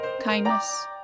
Kindness